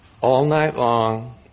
all-night-long